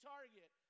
Target